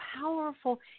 powerful